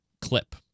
clip